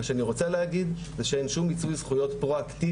מה שאני רוצה להגיד זה שאין שום מיצוי זכויות פרואקטיביים